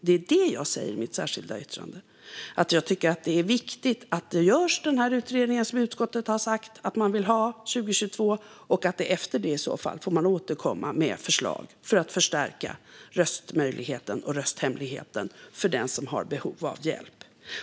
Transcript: Det är det jag säger i mitt särskilda yttrande, alltså att jag tycker att det är viktigt att den här utredningen görs som utskottet har sagt att man vill ha 2022 och att man efter det får återkomma med förslag för att förstärka röstmöjligheten och rösthemligheten för den som har behov av hjälp.